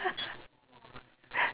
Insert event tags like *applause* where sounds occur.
*laughs*